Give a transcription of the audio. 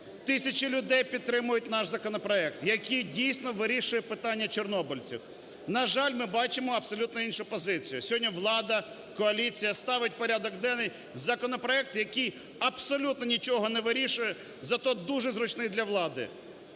Тисячі людей підтримують наш законопроект, який дійсно вирішує питання чорнобильців. На жаль, ми бачимо абсолютно іншу позицію. Сьогодні влада, коаліція ставить в порядок денний законопроект, який абсолютно нічого не вирішують, зато дуже зручний для влади.